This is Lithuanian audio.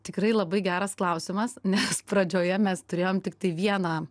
tikrai labai geras klausimas nes pradžioje mes turėjom tiktai vieną